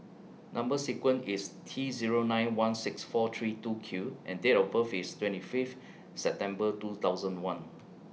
Number sequence IS T Zero nine one six four three two Q and Date of birth IS twenty Fifth September two thousand and one